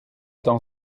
temps